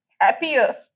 happier